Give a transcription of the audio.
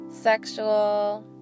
sexual